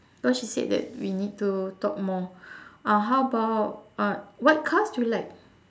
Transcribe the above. cause she said that we need to talk more uh how about uh what cars do you like